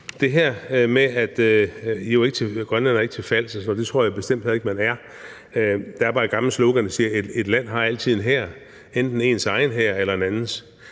det her med, at Grønland jo ikke er til fals osv., og det tror jeg bestemt heller ikke man er. Der er bare et gammelt slogan, der siger, at et land altid har en hær, enten ens egen hær eller en andens.